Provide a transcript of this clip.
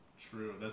true